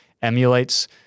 emulates